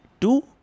two